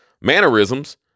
mannerisms